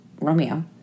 Romeo